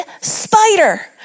spider